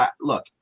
Look